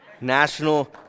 National